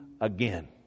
again